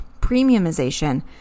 premiumization